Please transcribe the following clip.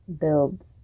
builds